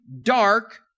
dark